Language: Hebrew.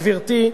גברתי,